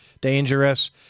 dangerous